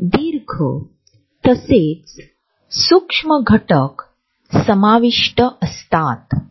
the hidden dimension या शीर्षकासह आपल्या पुस्तकात वापरला होता